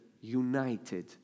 united